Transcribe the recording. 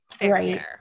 Right